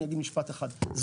חשוב להבין,